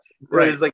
Right